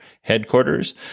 headquarters